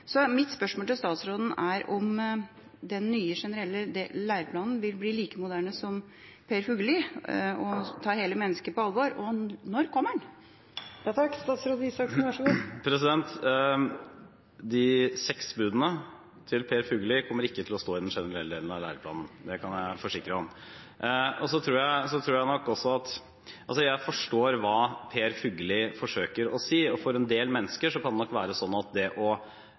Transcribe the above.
Mitt spørsmål til statsråden er om den nye generelle læreplanen vil bli like moderne som Per Fugelli – når det gjelder å ta hele mennesket på alvor. Og når kommer den? De seks budene til Per Fugelli kommer ikke til å stå i den generelle delen av læreplanen, det kan jeg forsikre om. Jeg forstår hva Per Fugelli forsøker å si, og for en del mennesker kan det nok være slik at det er viktig å